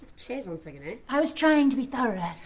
cheers antigone! i was trying to be thorough!